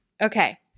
Okay